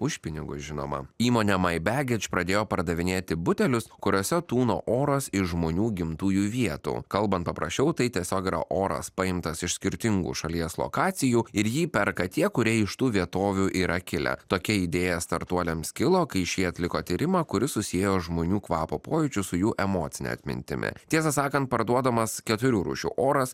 už pinigus žinoma įmonė my bagage pradėjo pardavinėti butelius kuriuose tūno oras iš žmonių gimtųjų vietų kalbant paprasčiau tai tiesiog yra oras paimtas iš skirtingų šalies lokacijų ir jį perka tie kurie iš tų vietovių yra kilę tokia idėja startuoliams kilo kai šie atliko tyrimą kuris susiejo žmonių kvapo pojūčius su jų emocine atmintimi tiesą sakant parduodamas keturių rūšių oras